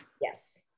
Yes